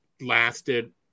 lasted